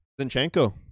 Zinchenko